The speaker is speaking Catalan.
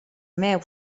meu